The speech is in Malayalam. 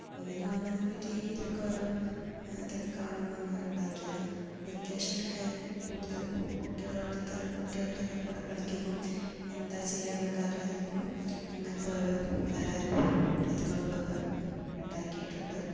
ഇങ്ങനെ ഓരോ നമ്മൾ ടി വി യിൽ ഒക്കെ ഓരോ ഇതൊക്കെ കാണുമ്പോൾ അങ്ങ് ഉണ്ടാക്കിയതാ വെക്കേഷൻ ഒക്കെ കൂടുതലും കുട്ടികളോടൊത്ത് കുട്ടികളുടെ ഒക്കെ കൂടെ കളിക്കുമ്പോൾ എന്താ ചെയ്യുക എന്നൊക്കെ ആലോചിക്കുമ്പോൾ അങ്ങനത്തെ ഓരോ കലാരൂപങ്ങളും പ്രതിമകൾ ഒക്കെ ഉണ്ടാക്കിയിട്ടുണ്ട്